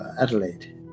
Adelaide